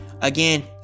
again